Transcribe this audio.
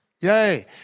Yay